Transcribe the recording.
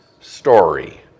story